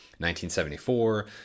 1974